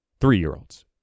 Three-year-olds